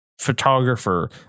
photographer